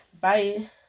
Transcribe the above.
Bye